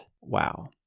Wow